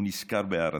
הוא נזכר בהערצה.